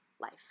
life